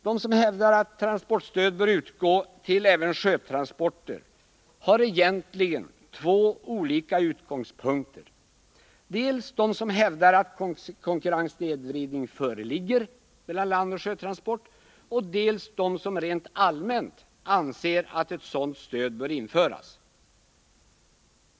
De som hävdar att transportstöd bör utgå även till sjötransporter har egentligen två olika utgångspunkter och företräds av två olika grupper: dels de som hävdar att konkurrenssnedvridning mellan landoch sjötransport föreligger, dels de som rent allmänt anser att ett sådant stöd bör införas.